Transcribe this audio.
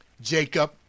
Jacob